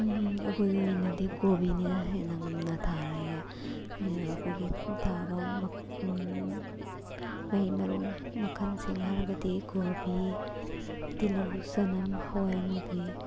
ꯑꯩꯈꯣꯏꯒꯤ ꯑꯣꯏꯅꯗꯤ ꯀꯣꯕꯤꯅ ꯍꯦꯟꯅ ꯉꯝꯅ ꯊꯥꯔꯦ ꯑꯩꯈꯣꯏꯒꯤ ꯊꯥꯕ ꯃꯍꯩ ꯃꯔꯣꯡ ꯃꯈꯜꯁꯤꯡ ꯍꯥꯏꯔꯒꯗꯤ ꯀꯣꯕꯤ ꯇꯤꯜꯍꯧ ꯆꯅꯝ ꯍꯋꯥꯏꯃꯨꯕꯤ